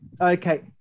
Okay